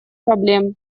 проблем